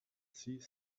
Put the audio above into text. see